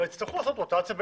יצטרכו לעשות רוטציה ביניהן,